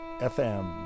FM